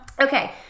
Okay